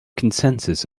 consensus